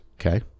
okay